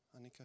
Anika